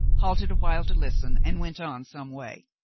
halted a while to listen and went on some way.